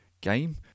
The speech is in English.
game